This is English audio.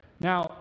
Now